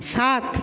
সাত